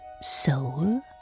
Soul